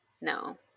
No